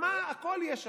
מה, הכול יש שם.